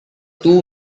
two